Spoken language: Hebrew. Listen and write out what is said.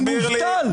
הוא מובטל.